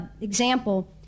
example